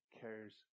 cares